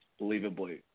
believably